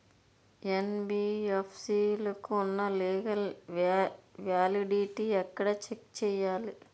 NBFC లకు ఉన్నా legal validity ఎక్కడ చెక్ చేయాలి?